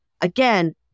again